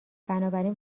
بنابراین